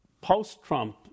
Post-Trump